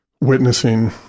witnessing